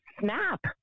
snap